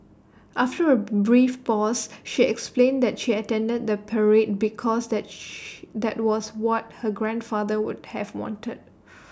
after A brief pause she explained that she attended the parade because that shh that was what her grandfather would have wanted